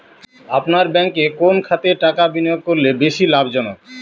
আপনার ব্যাংকে কোন খাতে টাকা বিনিয়োগ করলে বেশি লাভজনক?